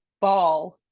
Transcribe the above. ball